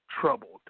troubled